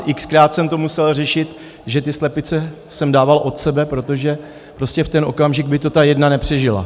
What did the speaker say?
Xkrát jsem to musel řešit, že ty slepice jsem dával od sebe, protože prostě v ten okamžik by to ta jedna nepřežila.